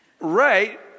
Right